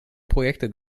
projekte